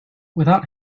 without